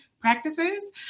practices